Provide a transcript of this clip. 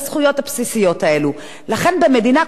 לכן במדינה כל כך חשוב שיהיה מי שיעשה את זה,